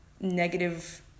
negative